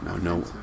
No